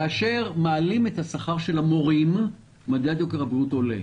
כאשר מעלים את שכר המורים מדד יוקר הבריאות עולה.